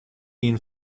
bean